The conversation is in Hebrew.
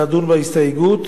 לדון בהסתייגות